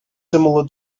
similar